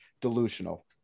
delusional